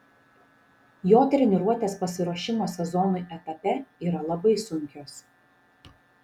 jo treniruotės pasiruošimo sezonui etape yra labai sunkios